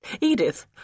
Edith